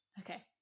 Okay